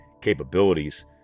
capabilities